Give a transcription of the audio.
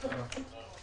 הישיבה ננעלה בשעה 13:00.